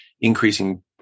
increasing